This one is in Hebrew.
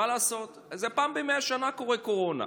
מה לעשות, פעם במאה שנה קורית קורונה.